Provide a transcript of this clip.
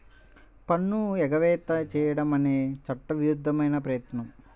పన్ను ఎగవేత చేయడం అనేది చట్టవిరుద్ధమైన ప్రయత్నం